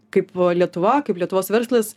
kaip lietuva kaip lietuvos verslas